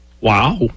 Wow